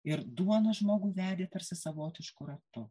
ir duona žmogų vedė tarsi savotišku ratu